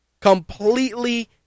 completely